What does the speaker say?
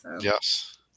Yes